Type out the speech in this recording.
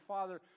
Father